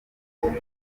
kubona